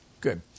Good